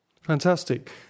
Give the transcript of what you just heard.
Fantastic